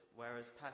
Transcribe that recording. whereas